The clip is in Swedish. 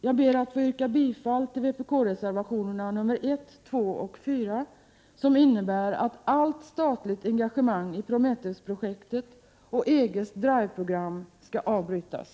Jag ber att få yrka bifall till vpk-reservationerna 1,2 och 4, som innebär att allt statligt engagemang i Prometheus-projektet och EG:s DRIVE-program skall avbrytas.